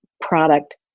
product